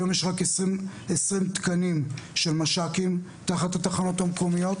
היום יש רק 20 תקנים של מש"קים תחת התחנות המקומיות,